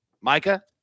Micah